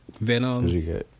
Venom